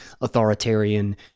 authoritarian